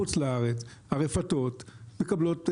בחוץ לארץ, הרפתות מקבלות,